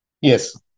Yes